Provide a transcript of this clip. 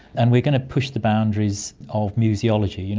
and we are going to push the boundaries of museology, you know